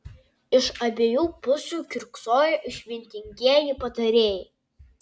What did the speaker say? iš abiejų pusių kiurksojo išmintingieji patarėjai